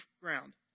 ground